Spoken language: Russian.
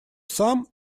сам